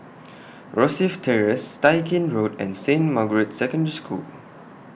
Rosyth Terrace Tai Gin Road and Saint Margaret's Secondary School